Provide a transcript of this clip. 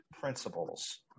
principles